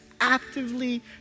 actively